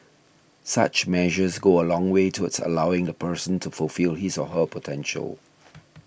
such measures go a long way towards allowing the person to fulfil his or her potential